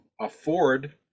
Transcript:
afford